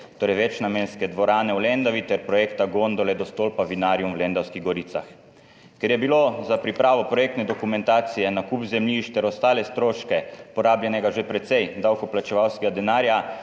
večnamenske dvorane v Lendavi ter projekta gondole do stolpa Vinarium v Lendavskih goricah. Za pripravo projektne dokumentacije, nakup zemljišč ter ostale stroške je bilo porabljenega že precej davkoplačevalskega denarja,